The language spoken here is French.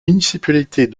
municipalités